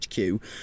hq